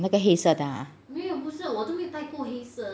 那个黑色的啊